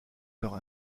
leur